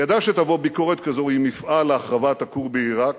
הוא ידע שתבוא ביקורת כזו אם נפעל להחרבת הכור בעירק.